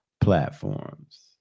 platforms